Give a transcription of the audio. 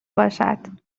باشد